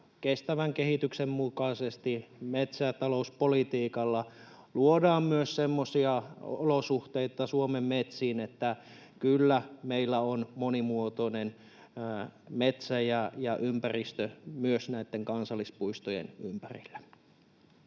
kestävän kehityksen mukaisesti metsä- ja talouspolitiikalla luodaan myös semmoisia olosuhteita Suomen metsiin, että kyllä meillä on monimuotoinen metsä ja ympäristö myös näitten kansallispuistojen ympärillä.